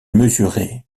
mesurait